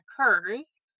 occurs